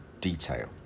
detail